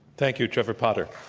thank you, trevor potter.